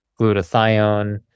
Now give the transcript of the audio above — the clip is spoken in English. glutathione